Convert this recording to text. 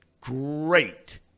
Great